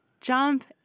jump